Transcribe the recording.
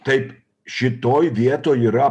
taip šitoj vietoj yra